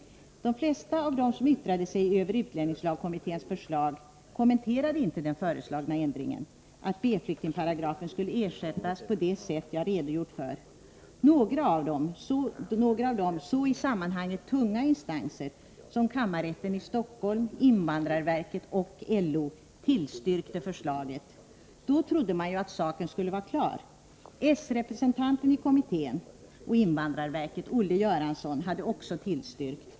De flesta av dem som yttrade sig över utlänningslagkommitténs förslag kommenterade inte den föreslagna ändringen, att B-flyktingparagrafen skulle ersättas på det sätt jag redogjort för. Några av de i sammanhanget så tunga instanser som kammarrätten i Stockholm, invandrarverket och LO tillstyrkte förslaget. Då trodde man ju att saken skulle vara klar. S representanten i kommittén och invandrarverket, Olle Göransson, hade också tillstyrkt.